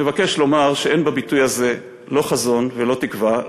אני מבקש לומר שאין בביטוי הזה לא חזון ולא תקווה,